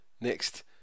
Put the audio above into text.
Next